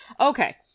Okay